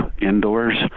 indoors